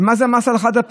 ומה זה המס על החד-פעמי,